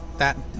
that,